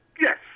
Yes